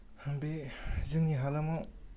बे जोंनि हालामाव